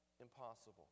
impossible